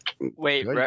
Wait